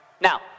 Now